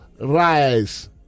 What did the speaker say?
rise